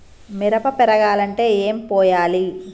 మిరప పెరగాలంటే ఏం పోయాలి?